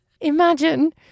Imagine